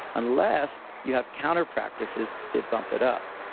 unless you have counter practices that bump it up.